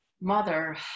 mother